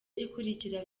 ikurikira